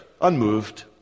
unmoved